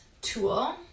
tool